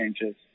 changes